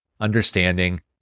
understanding